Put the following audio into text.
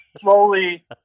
slowly